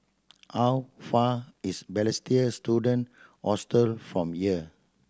how far is Balestier Student Hostel from here